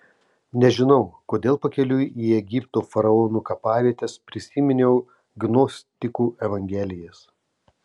nežinau kodėl pakeliui į egipto faraonų kapavietes prisiminiau gnostikų evangelijas